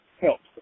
helps